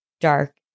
dark